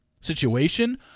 situation